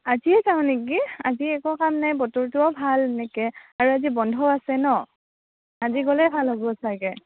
আজিয়ে যাওঁ নেকি আজি একো কাম নাই বতৰটোও ভাল এনেকে আৰু আজি বন্ধও আছে ন আজি গ'লেই ভাল হ'ব চাগে